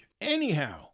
Anyhow